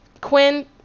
Quinn